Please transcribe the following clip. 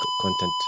content